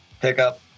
pickup